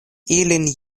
ilin